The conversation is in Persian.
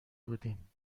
بودیم